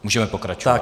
Můžeme pokračovat.